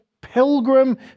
pilgrim